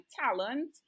talent